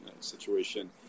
situation